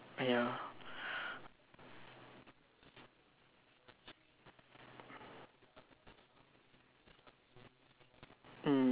ya